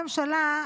הממשלה,